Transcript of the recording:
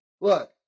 Look